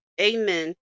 Amen